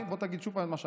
בוא תגיד שוב את מה שאמרת.